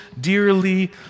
dearly